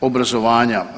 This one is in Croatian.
obrazovanja.